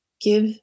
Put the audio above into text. give